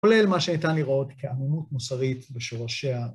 כולל מה שניתן להיראות כאמינות מוסרית בשורשי ה...